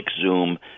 Zoom